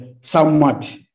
somewhat